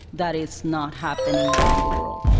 that is not happening around the world.